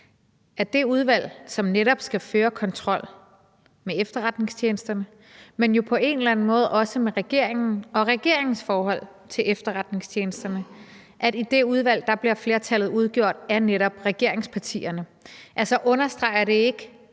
at i det udvalg, som netop skal føre kontrol med efterretningstjenesterne, men som jo på en eller anden måde også med regeringen og regeringens forhold til efterretningstjenesterne, bliver flertallet udgjort af netop regeringspartierne? Understreger det ikke